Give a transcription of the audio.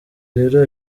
rero